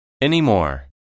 Anymore